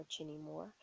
anymore